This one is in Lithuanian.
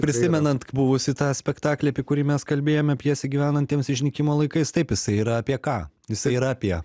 prisimenant buvusį tą spektaklį apie kurį mes kalbėjome pjesė gyvenantiems išnykimo laikais taip jisai yra apie ką jisai yra apie